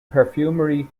perfumery